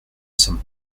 sommes